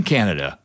Canada